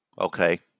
Okay